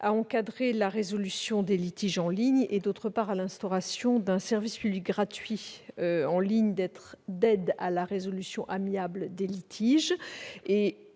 à encadrer la résolution des litiges en ligne et à instaurer un service public gratuit en ligne d'aide à la résolution amiable des litiges.